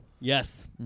Yes